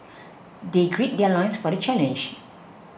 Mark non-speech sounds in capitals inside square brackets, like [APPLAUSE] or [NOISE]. [NOISE] they gird their loins for the challenge